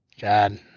God